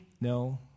No